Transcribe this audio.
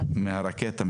מהרקטה,